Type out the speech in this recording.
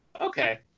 Okay